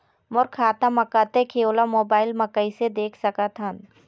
मोर खाता म कतेक हे ओला मोबाइल म कइसे देख सकत हन?